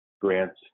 grants